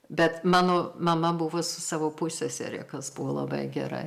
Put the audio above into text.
bet mano mama buvo su savo pussesere kas buvo labai gerai